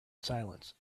silence